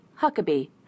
Huckabee